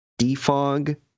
Defog